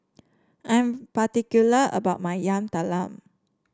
I'm particular about my Yam Talam